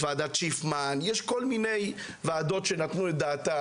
כל מיני ועדות שנתנו את דעתן,